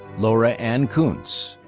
laura ann koontz.